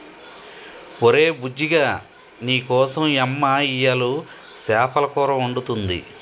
ఒరే బుజ్జిగా నీకోసం యమ్మ ఇయ్యలు సేపల కూర వండుతుంది